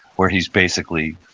where he's basically